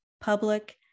public